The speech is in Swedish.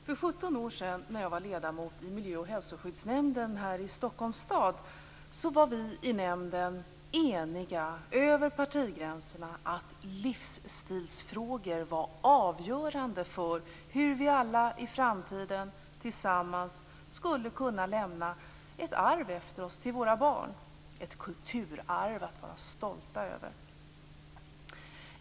För 17 år sedan, när jag var ledamot i Miljö och hälsoskyddsnämnden här i Stockholms stad, var vi i nämnden eniga över partigränserna om att livsstilsfrågor var avgörande för hur vi alla i framtiden tillsammans skulle kunna lämna ett arv efter oss till våra barn, ett kulturarv att var stolta över.